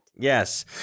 Yes